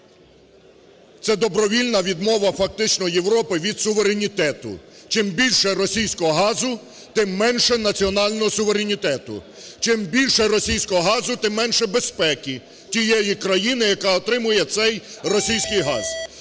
це добровільна відмова фактично Європи від суверенітету. Чим більше російського газу – тим менше національного суверенітету. Чим більше російського газу – тим менше безпеки тієї країни, яка отримує цей російський газ.